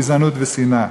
גזענות ושנאה.